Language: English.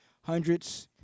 hundreds